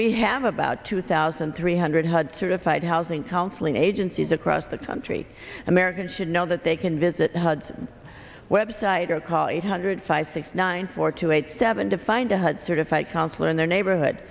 we have about two thousand three hundred hud certified housing counseling agencies across the country americans should know that they can visit hud website or call eight hundred five six nine four two eight seven to find to hud certified consular in their neighborhood